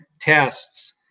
tests